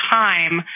time